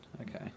Okay